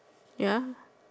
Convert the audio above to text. ya